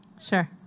sure